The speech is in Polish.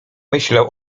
myślał